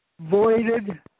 voided